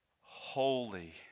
Holy